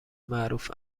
معروف